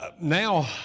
Now